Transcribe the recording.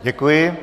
Děkuji.